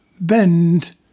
bend